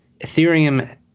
Ethereum